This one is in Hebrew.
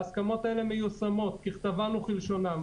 ההסכמות האלה מיושמות ככתבן וכלשונן.